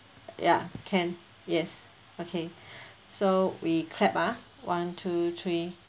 ya can yes okay so we clap ah one two three